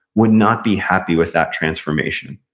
would not be happy with that transformation.